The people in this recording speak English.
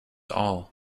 all